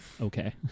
okay